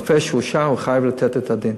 רופא שהורשע חייב לתת את הדין,